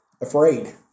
afraid